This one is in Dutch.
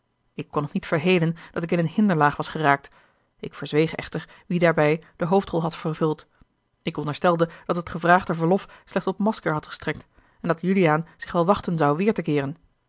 ik kon het niet verhelen dat ik in eene hinderlaag was geraakt ik verzweeg echter wie daarbij de hoofdrol had vervuld ik onderstelde dat het gevraagde verlof slechts tot masker had gestrekt en dat juliaan zich wel wachten zou weêr te keeren